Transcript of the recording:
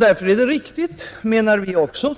Därför är det riktigt, menar vi också,